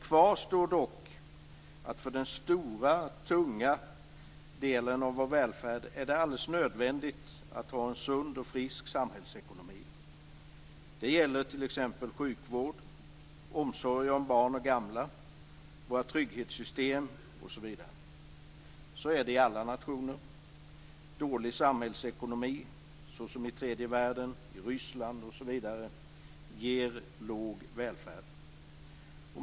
Kvar står dock att det för den stora, tunga delen av vår välfärd är alldeles nödvändigt att ha en sund och frisk samhällsekonomi. Det gäller t.ex. sjukvård, omsorg om barn och gamla, våra trygghetssystem. Så är det i alla nationer. Dålig samhällsekonomi, såsom i tredje världen, i Ryssland osv., ger låg välfärd.